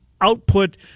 output